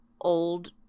old